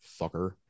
fucker